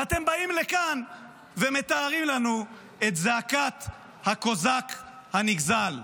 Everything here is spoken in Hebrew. ואתם באים לכאן ומתארים לנו את זעקת הקוזק הנגזל.